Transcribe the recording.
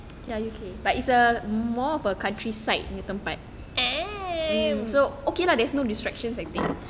a'ah